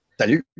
Salut